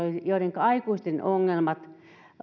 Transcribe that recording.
joidenka aikuistenongelmat